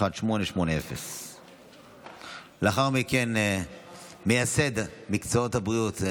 1880. לאחר מכן, מייסד מקצועות הבריאות,